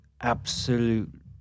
absolute